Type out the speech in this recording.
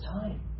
time